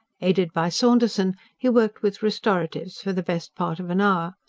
aided by saunderson he worked with restoratives for the best part of an hour.